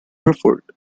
preferred